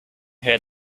heard